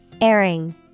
Airing